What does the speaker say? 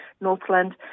Northland